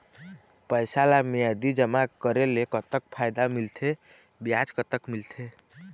पैसा ला मियादी जमा करेले, कतक फायदा मिलथे, ब्याज कतक मिलथे?